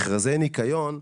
במכרזי ניקיון,